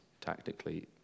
tactically